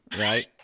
right